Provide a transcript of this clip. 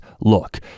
look